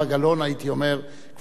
הייתי אומר: כבוד השר,